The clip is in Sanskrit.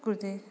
कृते